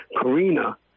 Karina